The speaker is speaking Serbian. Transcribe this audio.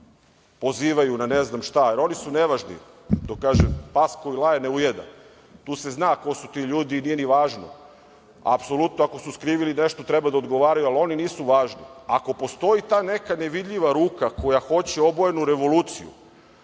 pozivaju na ne znam šta, jer oni su nevažni, kako kažu - pas koji laje ne ujeda. Tu se zna ko su ti ljudi, ali nije ni važno. Aposlutno, ako su skrivili nešto, treba da odgovaraju. Ali, oni nisu važni. Ako postoji ta neka nevidljiva ruka koja hoće obojenu revoluciju,